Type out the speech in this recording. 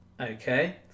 Okay